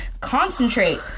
concentrate